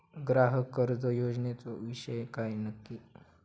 ग्राहक कर्ज योजनेचो विषय काय नक्की?